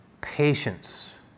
patience